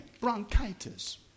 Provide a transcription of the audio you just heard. Bronchitis